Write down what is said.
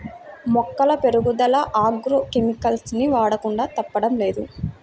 మొక్కల పెరుగుదల agro chemicals ని వాడకుండా తప్పడం లేదు